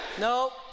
nope